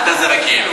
אל תעשה בכאילו.